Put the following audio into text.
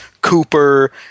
Cooper